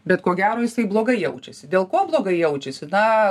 bet ko gero jisai blogai jaučiasi dėl ko blogai jaučiasi na